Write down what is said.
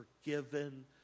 forgiven